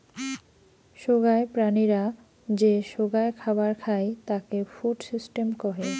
সোগায় প্রাণীরা যে সোগায় খাবার খাই তাকে ফুড সিস্টেম কহে